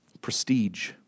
prestige